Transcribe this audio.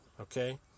okay